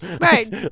Right